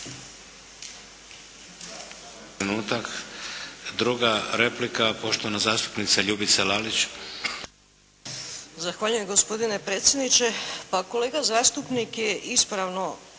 Druga replika poštovana zastupnica Ljubica Lalić.